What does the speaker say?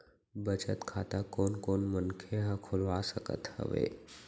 बचत खाता कोन कोन मनखे ह खोलवा सकत हवे?